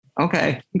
Okay